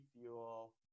Fuel